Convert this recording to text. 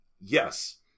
yes